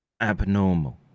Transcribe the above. abnormal